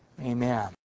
amen